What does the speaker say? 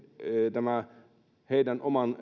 tämä heidän oman